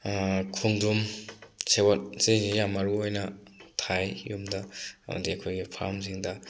ꯈꯣꯡꯗ꯭ꯔꯨꯝ ꯁꯦꯕꯣꯠ ꯁꯤꯁꯦ ꯌꯥꯝ ꯃꯔꯨ ꯑꯣꯏꯅ ꯊꯥꯏ ꯌꯨꯝꯗ ꯑꯃꯗꯤ ꯑꯩꯈꯣꯏꯒꯤ ꯐꯥꯝꯁꯤꯡꯗ